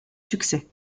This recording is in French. succès